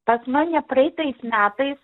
pas mane praeitais metais